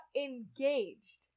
engaged